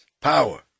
power